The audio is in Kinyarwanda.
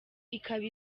ikaba